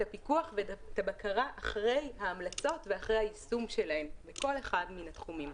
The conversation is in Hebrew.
הפיקוח ואת הבקרה אחרי ההמלצות ואחרי יישומן בכל אחד מהתחומים.